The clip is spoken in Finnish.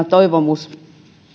toivomus